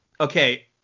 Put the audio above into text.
Okay